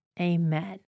Amen